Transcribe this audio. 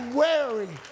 wary